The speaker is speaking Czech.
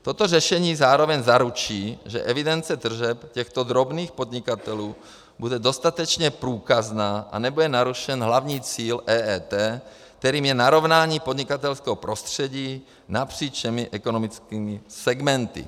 Toto řešení zároveň zaručí, že evidence tržeb těchto drobných podnikatelů bude dostatečně průkazná a nebude narušen hlavní cíl EET, kterým je narovnání podnikatelského prostředí napříč všemi ekonomickými segmenty.